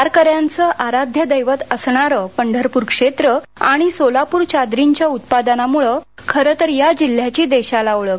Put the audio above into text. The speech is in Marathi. वारक यांचं आराध्य दैवत असणारं पंढरपुर क्षेत्र आणि सोलापुर चादरींच्या उत्पादनांमुळं खरं तर या जिल्हाची देशाला ओळख